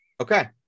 Okay